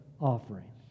offering